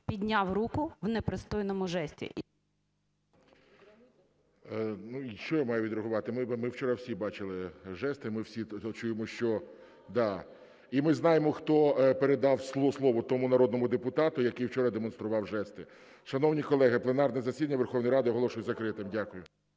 підняв руку в непристойному жесті.